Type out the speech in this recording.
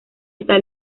está